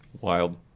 Wild